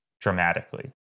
dramatically